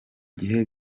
gihe